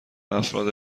افراد